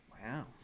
Wow